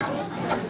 לומר,